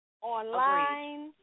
Online